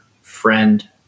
friend